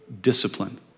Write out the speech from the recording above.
discipline